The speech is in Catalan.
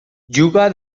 juga